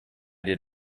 did